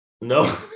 No